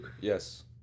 Yes